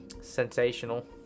sensational